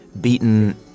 beaten